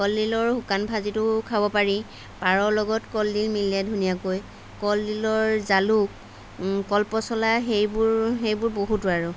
কলডিলৰ শুকান ভাজিটো খাব পাৰি পাৰৰ লগত কলডিল মিলে ধুনীয়াকৈ কলডিলৰ জালুক কলপচলা সেইবোৰ সেইবোৰ বহুতো আৰু